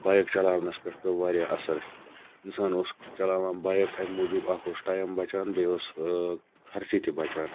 bike چَلاونَس پٮ۪ٹھ پیٚو واریاہ اَثَر اِنسان اوس چَلاوان بایِک امہ موٗجوب اکھ اوس ٹایِم بَچان بیٚیہِ اوس خَرچہِ تہٕ بَچان